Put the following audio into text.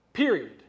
Period